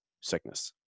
sickness